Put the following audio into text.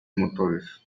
motores